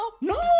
No